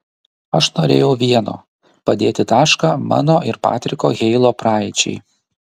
aš norėjau vieno padėti tašką mano ir patriko heilo praeičiai